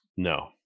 no